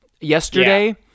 yesterday